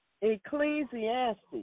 Ecclesiastes